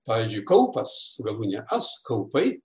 pavyzdžiui kaupas galūnė as kaupai